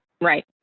Right